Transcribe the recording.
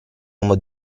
uomo